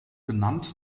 benannt